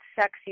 sexy